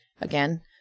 again